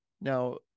now